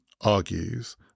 argues